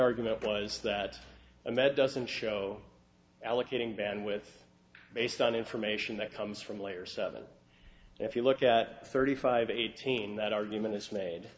argument was that and that doesn't show allocating band with based on information that comes from lawyers seven if you look at thirty five eighteen that argument is made